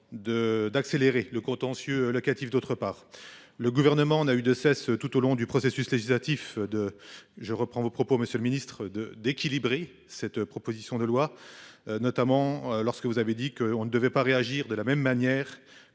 d'accélérer le contentieux locatifs. D'autre part, le gouvernement n'a eu de cesse tout au long du processus législatif de je reprends vos propos, Monsieur le Ministre de d'équilibrer cette proposition de loi. Notamment lorsque vous avez dit que on ne devait pas réagir de la même manière